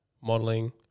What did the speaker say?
modeling